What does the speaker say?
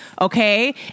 Okay